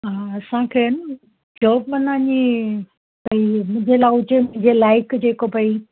हा असांखे आहे न जॉब माना ही भई मुंहिंजे लाइ हुजे मुंहिंजे लाइक़ु जेको भई